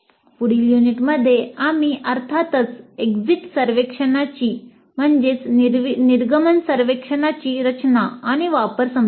पुढील युनिटमध्ये आम्ही अर्थातच एक्झिट सर्व्हेक्षणाची रचना आणि वापर समजून घेऊ